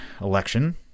election